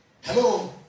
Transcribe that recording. Hello